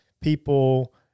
people